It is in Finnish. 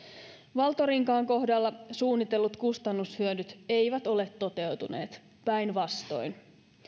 valtorinkaan kohdalla suunnitellut kustannushyödyt eivät ole toteutuneet päinvastoin